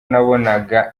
nabonaga